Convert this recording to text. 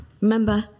Remember